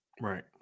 Right